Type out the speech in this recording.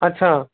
ਅੱਛਾ